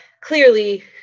clearly